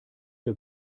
der